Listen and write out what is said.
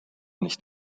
nicht